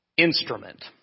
instrument